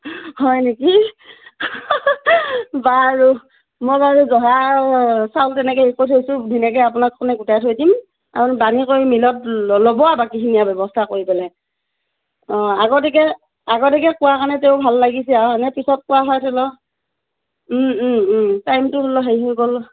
হয় নেকি বাৰু মই বাৰু জহা চাউল তেনেকৈ হেৰি কৰি থৈছোঁ ধুনীয়াকৈ আপোনাৰ কাৰণে গোটাই থৈ দিম আপুনি বানি কৰি মিলত লৈ ল'ব বাকীখিনি ব্যৱস্থা কৰি পেলাই অ আগতীয়াকৈ আগতীয়াকৈ কোৱাৰ কাৰণে তেও ভাল লাগিছে আৰু নহ'লে পিছত কোৱা হয় ধৰি লওক ওম ওম ওম টাইমটো হেৰি হৈ গ'ল